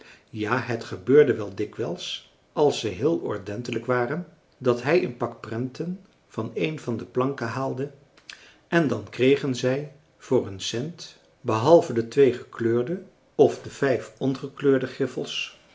ja het gebeurde wel dikwijls als ze heel ordentelijk waren dat hij een pak prenten van een van de planken haalde en dan kregen zij voor hun cent behalve de twee gekleurde of de vijf ongekleurde griffels